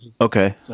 Okay